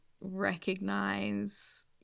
recognize